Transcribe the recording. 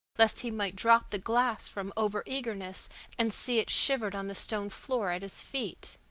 lest he might drop the glass from over-eagerness and see it shivered on the stone floor at his feet.